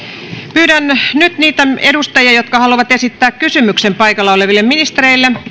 pyydän nyt niitä edustajia jotka haluavat esittää kysymyksen paikalla oleville ministerille